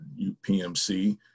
UPMC